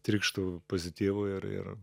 trykštu pozityvu ir ir